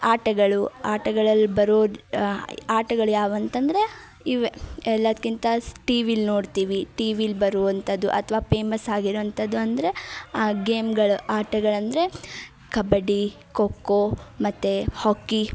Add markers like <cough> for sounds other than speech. ಆಟಗಳು ಆಟಗಳಲ್ಲಿ ಬರೋದು <unintelligible> ಆಟಗಳು ಯಾವುವು ಅಂತಂದರೆ ಇವೆ ಎಲ್ಲದಕ್ಕಿಂತ ಸ್ ಟಿ ವಿಲ್ ನೋಡ್ತೀವಿ ಟಿ ವಿಲಿ ಬರುವಂಥದ್ದು ಅಥ್ವಾ ಪೇಮಸ್ ಆಗಿರುವಂಥದ್ದು ಅಂದರೆ ಆ ಗೇಮ್ಗಳು ಆಟಗಳಂದರೆ ಕಬಡ್ಡಿ ಖೋ ಖೋ ಮತ್ತು ಹಾಕ್ಕಿ